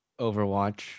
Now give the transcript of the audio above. Overwatch